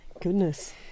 Goodness